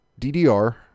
DDR